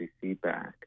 feedback